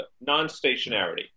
non-stationarity